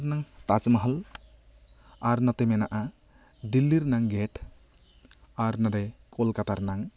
ᱵᱷᱟᱨᱟᱛ ᱨᱮᱱᱟᱝ ᱛᱟᱡᱽᱢᱟᱦᱟᱞ ᱟᱨ ᱱᱚᱛᱮ ᱢᱮᱱᱟᱜᱼᱟ ᱫᱤᱞᱞᱤ ᱨᱮᱱᱟᱝ ᱜᱮᱴ ᱟᱨ ᱱᱚᱸᱰᱮ ᱠᱳᱞᱠᱟᱛᱟ ᱨᱮᱱᱟᱝ